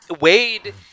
Wade